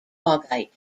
augite